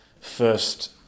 first